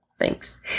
Thanks